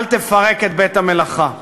אל תפרק את בית-המלאכה.